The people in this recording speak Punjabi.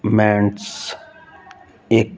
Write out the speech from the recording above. ਮੈਂਟਸ ਇੱਕ